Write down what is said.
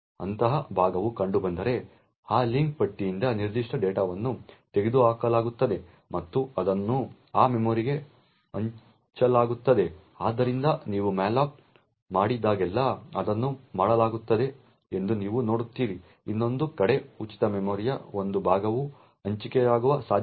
ಅಂತಹ ಭಾಗವು ಕಂಡುಬಂದರೆ ಈ ಲಿಂಕ್ ಪಟ್ಟಿಯಿಂದ ನಿರ್ದಿಷ್ಟ ಡೇಟಾವನ್ನು ತೆಗೆದುಹಾಕಲಾಗುತ್ತದೆ ಮತ್ತು ಅದನ್ನು ಆ ಮೆಮೊರಿಗೆ ಹಂಚಲಾಗುತ್ತದೆ ಆದ್ದರಿಂದ ನೀವು ಮ್ಯಾಲೋಕ್ ಮಾಡಿದಾಗಲೆಲ್ಲಾ ಅದನ್ನು ಮಾಡಲಾಗುತ್ತದೆ ಎಂದು ನೀವು ನೋಡುತ್ತೀರಿ ಇನ್ನೊಂದು ಕಡೆ ಉಚಿತ ಮೆಮೊರಿಯ ಒಂದು ಭಾಗವು ಹಂಚಿಕೆಯಾಗುವ ಸಾಧ್ಯತೆಯಿದೆ